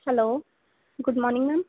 hello good morning ma'am